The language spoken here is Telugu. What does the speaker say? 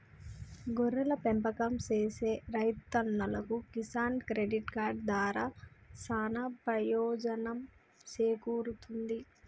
గొర్రెల పెంపకం సేసే రైతన్నలకు కిసాన్ క్రెడిట్ కార్డు దారా సానా పెయోజనం సేకూరుతుంది